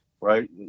right